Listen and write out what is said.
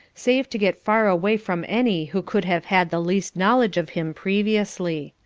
save to get far away from any who could have had the least knowledge of him previously.